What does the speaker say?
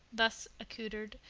thus accoutered,